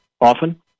often